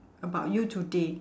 about you today